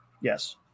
Yes